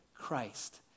Christ